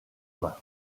main